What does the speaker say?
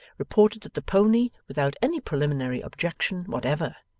reported that the pony, without any preliminary objection whatever,